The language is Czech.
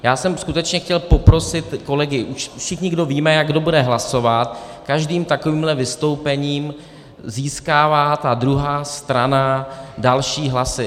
Já jsem skutečně chtěl poprosit kolegy, všichni, kdo víme, jak kdo bude hlasovat, každým takovýmhle vystoupením získává druhá strana další hlasy.